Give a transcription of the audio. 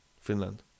Finland